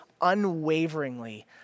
unwaveringly